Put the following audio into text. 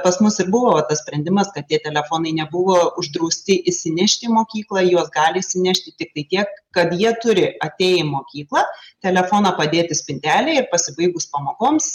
pas mus ir buvo tas sprendimas kad tie telefonai nebuvo uždrausti įsinešti mokyklą juos gali įsinešti tiktai tiek kad jie turi atėję į mokyklą telefoną padėti spintelėje ir pasibaigus pamokoms